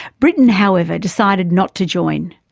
britain however decided not to join.